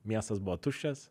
miestas buvo tuščias